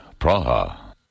Praha